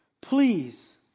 Please